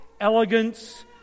elegance